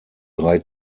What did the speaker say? drei